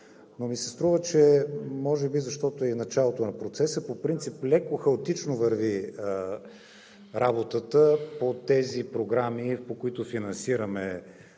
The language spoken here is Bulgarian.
Но ми се струва, може би защото е началото на процеса, по принцип леко хаотично върви работата по тези програми, по които финансираме